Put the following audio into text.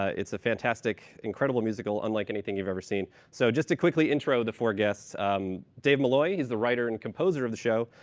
ah it's a fantastic, incredible musical unlike anything you've ever seen. so just to quickly intro the four guests dave malloy. he's the writer and composer of the show.